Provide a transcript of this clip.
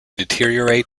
deteriorate